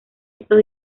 estos